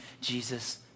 Jesus